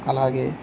అలాగే